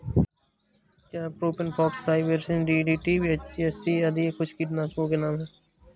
propane fox, cypermethrin, DDT, BHC आदि कुछ कीटनाशकों के नाम हैं